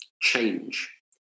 change